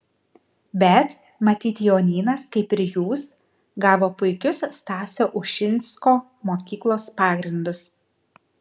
bet matyt jonynas kaip ir jūs gavo puikius stasio ušinsko mokyklos pagrindus